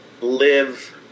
live